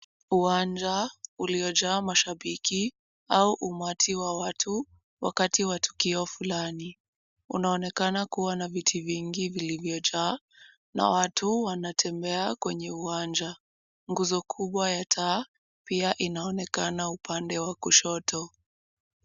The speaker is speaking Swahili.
Uwanja uliojaa mashabiki au umati wa watu wataki wa tukio fulani. Unaonekana kuwa na viti vingi vilivyojaa, na watu wanatembea kwenye uwanja. Nguzo kubwa kubwa ya taa pia inaonekana upande wa kushoto.